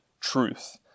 truth